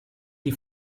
die